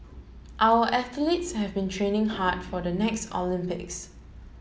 our athletes have been training hard for the next Olympics